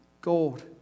Gold